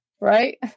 Right